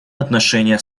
отношения